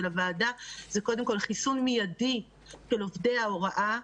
הוועדה זה קודם כול חיסון מיידי של עובדי ההוראה,